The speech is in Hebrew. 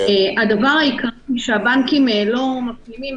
הדבר העיקרי שהבנקים לא מפנימים,